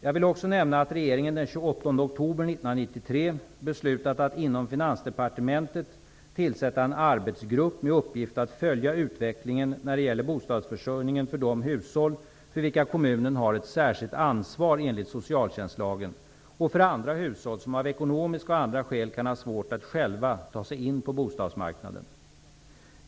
Jag vill också nämna att regeringen den 28 oktober 1993 beslutat att inom Finansdepartementet tillsätta en arbetsgrupp med uppgift att följa utvecklingen när det gäller bostadsförsörjningen för de hushåll för vilka kommunen har ett särskilt ansvar enligt socialtjänstlagen och för andra hushåll som av ekonomiska och andra skäl kan ha svårt att själva ta sig in på bostadsmarknaden.